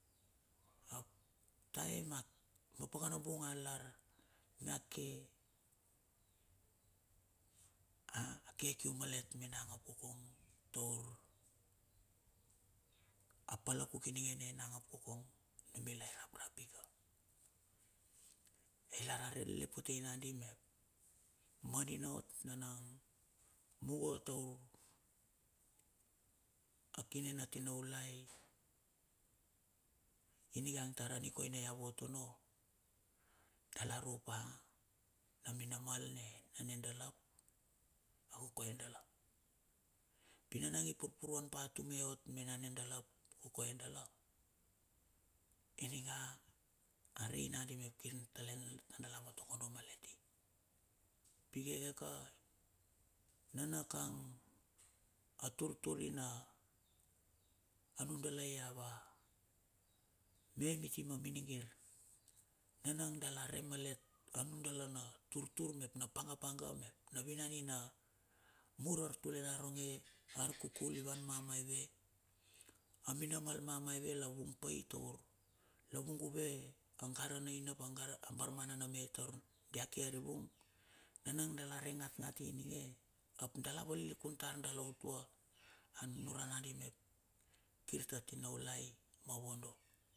Ap taem ap ma pakana bung. Alar mia ke a ke kium malet me nang ap kokong tour a palakuk i ninge ne nanga ap kokong, numilai raprap ika ei ra lar relel potei nakandi mep, manina ot na nang mugo taur, akine na tinaulai iningang tar a nikoina ia vot onno. Dala rup a na minamal ne nane dala ap, a kokoe dala. Pinanang i purpuruan pa tume ot me nana dala ap kokoe dala iningang a rei nadi mep kir tale na dala vata kondo ma let i. Pi kekeka nana kang a tur tur ina, anundalai ava me miti ma minigir, nanang dala re malet a nundala na turtur, mep na panga pana, mep na vinan ina mur artule raronge, arkukul i van mamaive, aminamal mamaive la vung pai taur la vunguve a gara na aina pa ngara a barmana na me tour kia ke arivung nanang dala re. Ngat ngat ininge up dala valilikun tar dala utua a nunuran nadi mep kir ta tinaulai ma vondo.